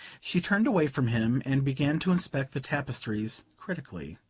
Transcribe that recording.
she turned away from him and began to inspect the tapestries critically.